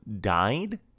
died